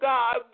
God